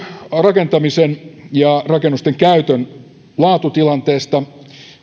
rakentamisen ja rakennusten käytön laatutilanteesta